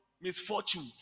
misfortune